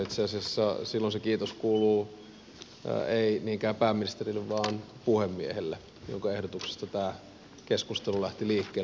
itse asiassa silloin se kiitos kuuluu ei niinkään pääministerille vaan puhemiehelle jonka ehdotuksesta tämä keskustelu lähti liikkeelle